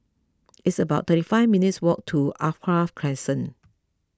it's about thirty five minutes' walk to Alkaff Crescent